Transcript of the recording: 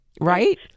Right